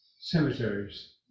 cemeteries